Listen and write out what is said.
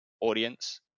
audience